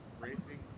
racing